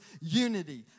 unity